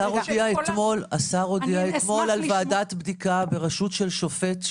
השר הודיע אתמול על ועדת בדיקה בראשות של שופט,